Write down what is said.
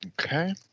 okay